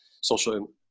social